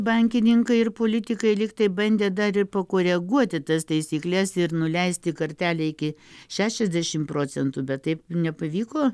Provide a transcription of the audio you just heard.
bankininkai ir politikai lygtai bandė dar ir pakoreguoti tas taisykles ir nuleisti kartelę iki šešiasdešimt procentų bet taip nepavyko